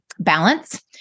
balance